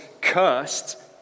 cursed